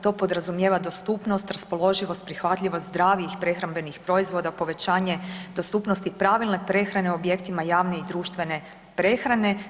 To podrazumijeva dostupnost, raspoloživost, prihvatljivost zdravijih prehrambenih proizvoda, povećanje dostupnosti pravilne prehrane u objektima javne i društvene prehrane.